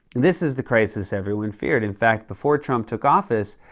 this is the crisis everyone feared. in fact, before trump took office,